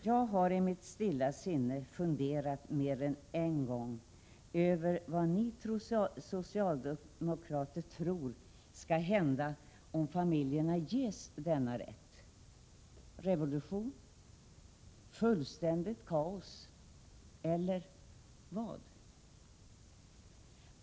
Jag har i mitt stilla sinne funderat mer än en gång över vad ni socialdemokrater tror skall hända, om familjerna ges denna rätt — revolution, fullständigt kaos eller vad?